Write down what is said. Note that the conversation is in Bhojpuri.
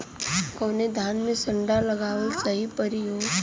कवने धान क संन्डा लगावल सही परी हो?